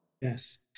Yes